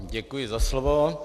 Děkuji za slovo.